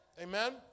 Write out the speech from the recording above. Amen